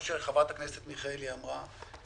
כמו שחברת הכנסת מיכאלי אמרה,